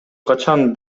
качан